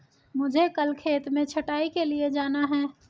मुझे कल खेत में छटाई के लिए जाना है